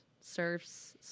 surfs